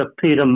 Peter